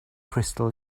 crystal